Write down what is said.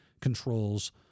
controls